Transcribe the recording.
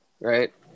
Right